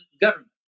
government